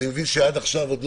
שעד עכשיו,